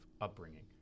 upbringing